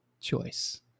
choice